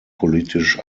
politisch